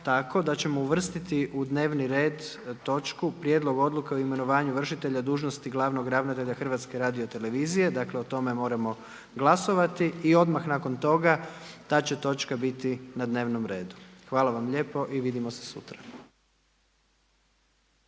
tako da ćemo uvrstiti u dnevni red točku Prijedlog odluke o imenovanju vršitelja dužnosti glavnog ravnatelja HRT-a, dakle o tome moramo glasovati i odmah nakon toga ta će točka biti na dnevnom redu. Hvala vam lijepo i vidimo se sutra.